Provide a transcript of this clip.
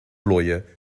lawyer